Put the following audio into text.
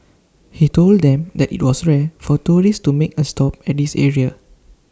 he told them that IT was rare for tourists to make A stop at this area